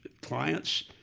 clients